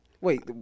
Wait